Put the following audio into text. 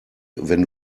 wenn